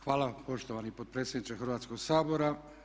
Hvala poštovani potpredsjedniče Hrvatskog sabora.